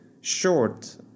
Short